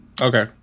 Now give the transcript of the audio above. Okay